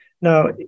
Now